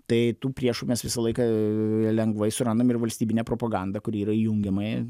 tai tų priešų mes visą laiką lengvai surandam ir valstybinė propaganda kuri yra įjungiama